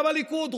גם הליכוד,